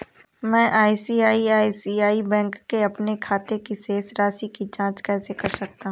मैं ICICI bank के अपने खाते की शेष राशि की जाँच कैसे कर सकता हूँ?